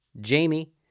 Jamie